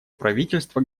правительство